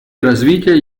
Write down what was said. развития